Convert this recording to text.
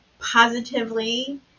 positively